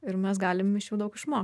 ir mes galim iš jų daug išmokt